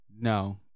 no